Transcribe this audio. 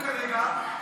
כרגע,